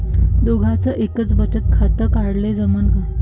दोघाच एकच बचत खातं काढाले जमनं का?